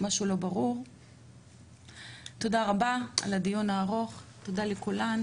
תודה רבה על הדיון הארוך, תודה לכולם.